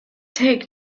take